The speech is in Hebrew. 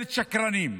וממשלת שקרנים,